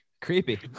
creepy